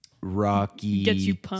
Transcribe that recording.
Rocky